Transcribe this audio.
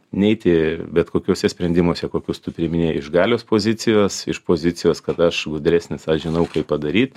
neeiti bet kokiose sprendimuose kokius tu priiminėji iš galios pozicijos iš pozicijos kad aš gudresnis aš žinau kaip padaryt